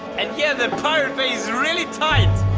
and yeah, the pirate bay is really tight!